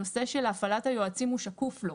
הנושא של הפעלת היועצים הוא שקוף לו.